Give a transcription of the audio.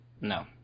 No